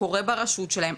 שקורה ברשות שלהם,